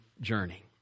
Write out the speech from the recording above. journey